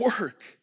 work